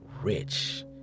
rich